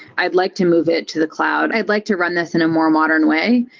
i'd like to move it to the cloud. i'd like to run this in a more modern way,